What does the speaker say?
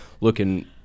looking